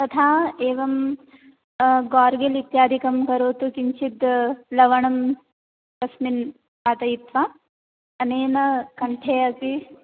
तथा एवं गोर्गल् इत्यादिकं करोतु किञ्चित् लवणम् अस्मिन् स्थापयित्वा अनेन कण्ठे अपि